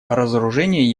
разоружение